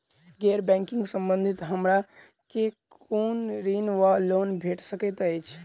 गैर बैंकिंग संबंधित हमरा केँ कुन ऋण वा लोन भेट सकैत अछि?